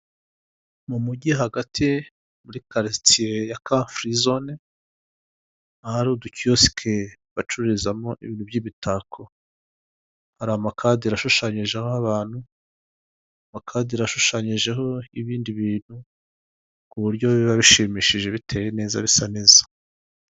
Mu mujyi hagati muri karitsiye ya karifuri zone, ahari udukiyosike bacururizamo ibintu by'imitako, hari amakadire ashushanyije abantu, amakadire ashushanyijeho ibindi bintu, ku buryo biba bishimishije biteye neza bisa neza.